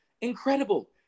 Incredible